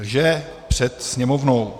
Lže před Sněmovnou.